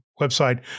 website